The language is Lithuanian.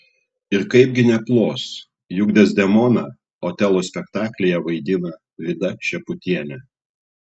ir kaipgi neplos juk dezdemoną otelo spektaklyje vaidino vida šeputienė